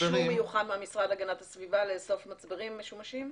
יש להם אישור מיוחד מהמשרד להגנת הסביבה לאסוף מצברים משומשים?